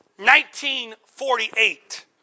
1948